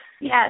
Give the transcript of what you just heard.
Yes